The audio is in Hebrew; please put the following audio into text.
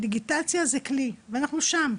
דיגיטציה הוא כלי ואנחנו שם,